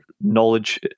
knowledge